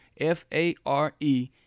F-A-R-E